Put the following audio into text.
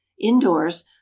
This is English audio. Indoors